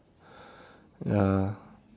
ya